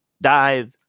dive